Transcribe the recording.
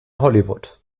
hollywood